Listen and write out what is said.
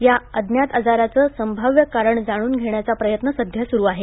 या अज्ञात आजाराचं संभाव्य कारण जाणून घेण्याचा प्रयत्न सध्या सुरू आहे